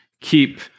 keep